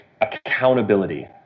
accountability